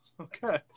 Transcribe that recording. Okay